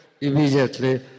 immediately